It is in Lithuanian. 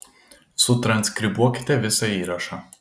sutranskribuokite visą įrašą